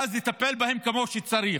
ואז לטפל בהם כמו שצריך.